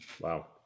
Wow